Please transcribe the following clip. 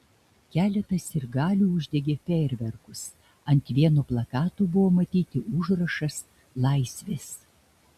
keletas sirgalių uždegė fejerverkus ant vieno plakato buvo matyti užrašas laisvės